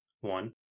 one